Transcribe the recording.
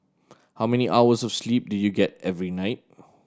how many hours of sleep do you get every night